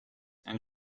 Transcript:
and